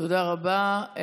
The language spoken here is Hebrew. תודה רבה.